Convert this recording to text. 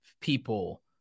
people